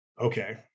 okay